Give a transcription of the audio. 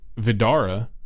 Vidara